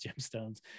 gemstones